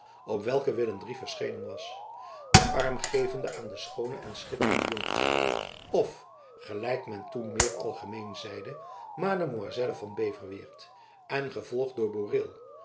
op welken willem iii verschenen was den arm gevende aan de schoone en schitterende jonkvrouw of gelijk men toen meer algemeen zeide mademoiselle van beverweert en gevolgd door boreel